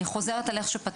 אני חוזרת על איך שפתחתי,